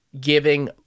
giving